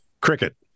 cricket